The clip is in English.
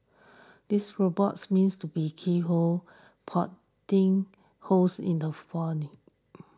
these robots meant to be keyhole holes in the body